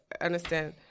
understand